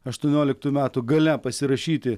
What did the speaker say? aštuonioliktųjų metų gale pasirašyti